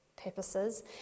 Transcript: purposes